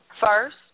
first